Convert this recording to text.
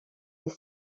des